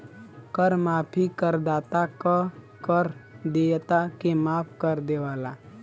कर माफी करदाता क कर देयता के माफ कर देवला